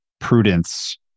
prudence